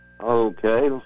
Okay